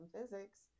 physics